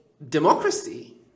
Democracy